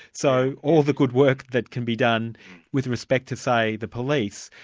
so all of the good work that can be done with respect to say, the police,